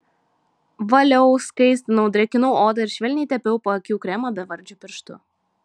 valiau skaistinau drėkinau odą ir švelniai tepiau paakių kremą bevardžiu pirštu